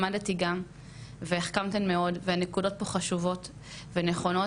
למדתי גם והחכמתי מאוד והנקודות פה חשובות ונכונות